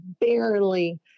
barely